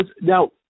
Now